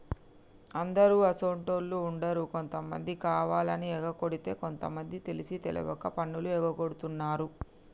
అందరు అసోంటోళ్ళు ఉండరు కొంతమంది కావాలని ఎగకొడితే కొంత మంది తెలిసి తెలవక పన్నులు ఎగగొడుతున్నారు